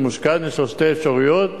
יש לו שתי אפשרויות,